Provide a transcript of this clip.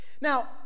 Now